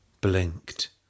blinked